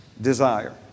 desire